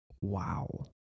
Wow